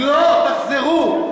לא, תחזרו.